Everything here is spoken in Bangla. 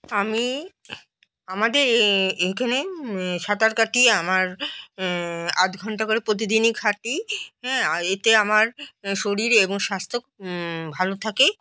আমি আমাদের এ এখানে সাঁতার কাটি আমার আধ ঘণ্টা করে প্রতিদিনই কাটি হ্যাঁ এতে আমার শরীর এবং স্বাস্থ্য ভালো থাকে